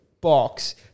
box